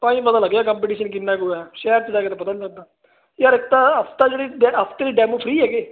ਤਾਂ ਹੀ ਪਤਾ ਲੱਗਿਆ ਕੰਪੀਟੀਸ਼ਨ ਕਿੰਨਾ ਕੁ ਹੈ ਸ਼ਹਿਰ 'ਚ ਰਹਿ ਕੇ ਤਾਂ ਪਤਾ ਨਹੀਂ ਲਗਦਾ ਯਾਰ ਇੱਕ ਤਾਂ ਹਫਤਾ ਜਿਹੜੀ ਡੈ ਹਫਤੇ ਦੀ ਡੈਮੋ ਫ੍ਰੀ ਹੈਗੇ